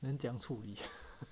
then 怎样处理